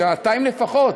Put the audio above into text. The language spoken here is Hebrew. שעתיים לפחות.